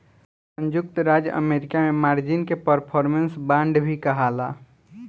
संयुक्त राज्य अमेरिका में मार्जिन के परफॉर्मेंस बांड भी कहाला